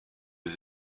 aux